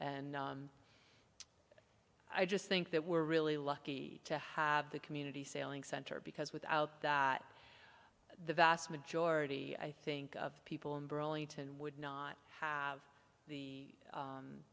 and i just think that we're really lucky to have the community sailing center because without that the vast majority i think of the people in burlington would not have the